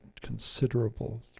considerable